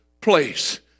place